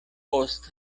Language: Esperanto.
post